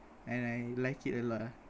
and I like it a lot ah